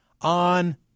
on